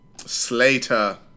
Slater